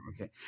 okay